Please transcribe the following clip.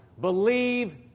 Believe